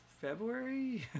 February